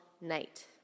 night